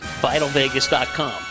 VitalVegas.com